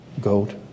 goat